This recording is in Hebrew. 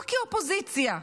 לא כאופוזיציה: